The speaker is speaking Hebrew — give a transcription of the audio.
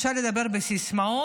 אפשר לדבר בסיסמאות,